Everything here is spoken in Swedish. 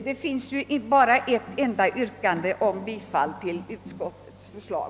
Det har ju här inte framställts något annat yrkande än om bifall till utskottets förslag.